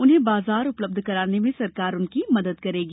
उन्हें बाजार उपलब्ध कराने में सरकार उनकी मदद करेगी